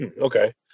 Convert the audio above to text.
Okay